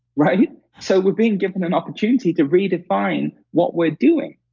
right? so, we're being given an opportunity to redefine what we're doing.